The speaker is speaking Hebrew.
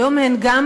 והיום הן גם